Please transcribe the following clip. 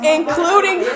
Including